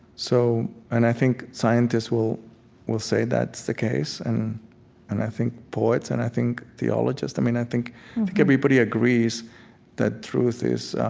so and i think scientists will will say that's the case, and and i think poets, and i think theologists i mean i think think everybody agrees that truth is